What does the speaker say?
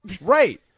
Right